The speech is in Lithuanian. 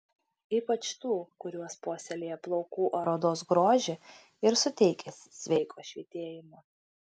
ypač tų kurios puoselėja plaukų ar odos grožį ir suteikia sveiko švytėjimo